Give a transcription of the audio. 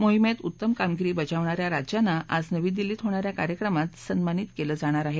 मोहिमेत उत्तम कामगिरी बजावणा या राज्यांना आज नवी दिल्ली इथं होणा या कार्यक्रमात सन्मानित केलं जाईल